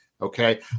okay